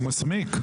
הוא מסמיק.